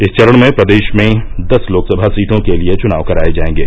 इस चरण में प्रदेश में दस लोकसभा सीटो के लिए चुनाव कराए जायेंगे